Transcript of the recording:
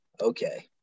okay